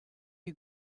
you